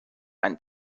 einen